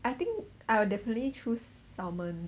I think I will definitely choose salmon